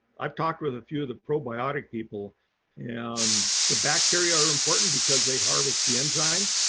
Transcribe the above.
i've talked with a few of the probiotic people and the bacteria are important because they harvest the enzymes.